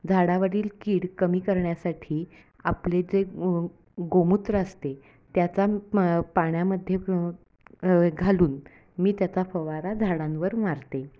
झाडावरील कीड कमी करण्यासाठी आपले जे गोमूत्र असते त्याचा पाण्यामध्ये घालून मी त्याचा फवारा झाडांवर मारते